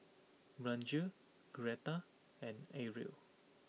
Blanchie Greta and Ariel